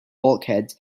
bulkheads